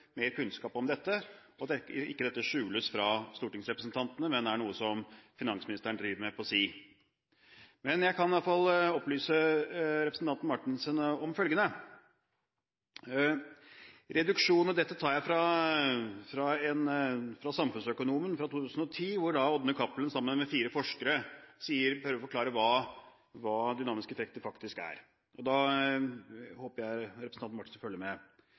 mer kunnskap om dette. Dette må ikke skjules for stortingsrepresentantene og være noe som finansministeren driver med på si. Men jeg kan iallfall opplyse representanten Marthinsen om følgende – og dette tar jeg fra Samfunnsøkonomen fra 2010, hvor Ådne Cappelen, sammen med fire forskere, prøver å forklare hva dynamiske effekter faktisk er – og da håper jeg hun følger med: